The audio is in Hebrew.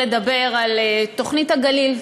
לדבר על תוכנית הגליל,